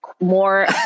more